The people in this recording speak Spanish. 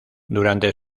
durante